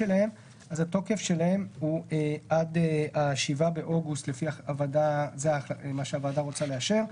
התוקף הוא עד 7 באוגוסט 2021 לפי מה שהוועדה רוצה לאשר.